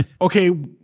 okay